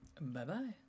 Bye-bye